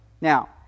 Now